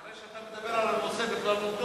כנראה שאתה מדבר על הנושא בכללותו.